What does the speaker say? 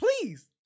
please